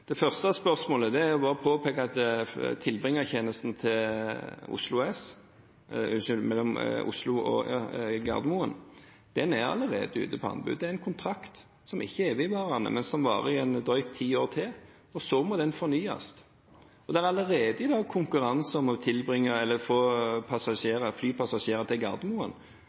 det første spørsmålet er det bare å påpeke at tilbringertjenesten mellom Oslo og Gardermoen allerede er ute på anbud. Det er en kontrakt som ikke er evigvarende, men som varer i drøyt ti år til. Så må den fornyes. Det er allerede i dag konkurranse om å få flypassasjerer til Gardermoen.